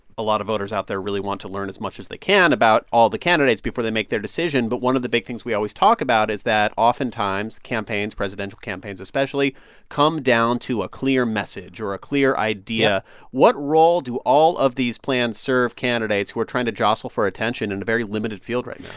a lot of voters out there really want to learn as much as they can about all the candidates before they make their decision. but one of the big things we always talk about is that, oftentimes, campaigns presidential campaigns especially come down to a clear message or a clear idea yep what role do all of these plans serve candidates who are trying to jostle for attention in a very limited field right yeah